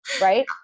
right